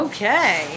Okay